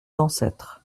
ancêtres